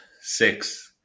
Six